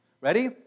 Ready